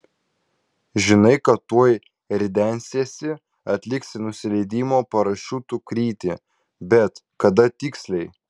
žinai kad tuoj ridensiesi atliksi nusileidimo parašiutu krytį bet kada tiksliai